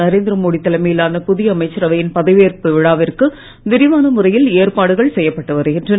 நரேந்திரமோடி தலைமையிலன புதிய அமைச்சரவையின் பதவியேற்பு விழாவிற்கு விரிவான முறையில் ஏற்பாடுகள் செய்யப்பட்டு வருகின்றன